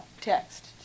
text